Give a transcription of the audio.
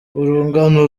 urungano